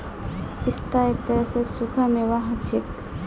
पिस्ता एक तरह स सूखा मेवा हछेक